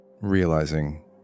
realizing